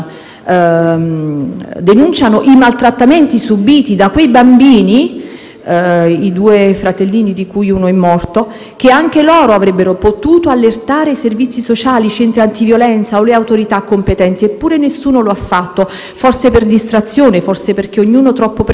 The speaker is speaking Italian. i due fratellini di cui uno è morto, che anche loro avrebbero potuto allertare i servizi sociali, i centri antiviolenza o le autorità competenti. Eppure nessuno lo ha fatto, forse per distrazione, forse perché ognuno troppo preso dalla propria vita, ma sicuramente anche perché gli strumenti che lo Stato offre non sono